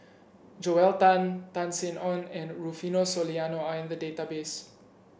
Joel Tan Tan Sin Aun and Rufino Soliano are in the database